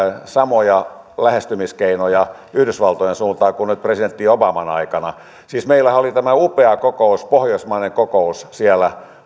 samoja lähestymiskeinoja yhdysvaltojen suuntaan kuin nyt presidentti obaman aikana siis meillähän oli tämä upea pohjoismainen kokous siellä